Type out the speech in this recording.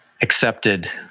accepted